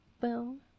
Boom